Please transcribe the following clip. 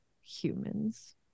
humans